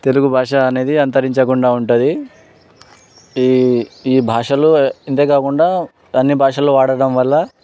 తెలుగు భాష అనేది అంతరించకుండా ఉంటుంది ఈ ఈ భాషలు ఇంతే కాకుండా అన్ని భాషల్లో వాడటం వల్ల